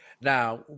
Now